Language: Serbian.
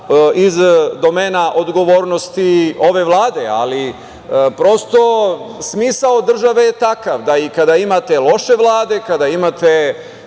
iz domena odgovornosti ove Vlade, ali prosto smisao države je takav da i kada imate loše vlade, kada imate